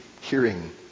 hearing